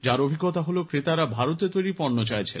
যাঁর অভিজ্ঞতা হল ক্রেতারা ভারতে তৈরি পণ্য চাইছেন